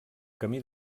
camí